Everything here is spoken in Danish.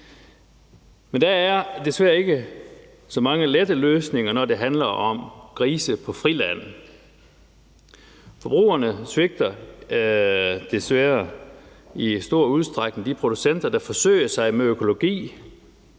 men der er desværre ikke så mange lette løsninger, når det handler om grise på friland. Forbrugerne svigter desværre i stor udstrækning de producenter, der forsøger sig med økologi,